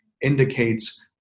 indicates